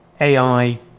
AI